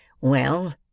Well